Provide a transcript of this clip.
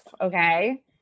Okay